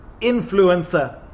Influencer